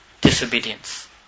disobedience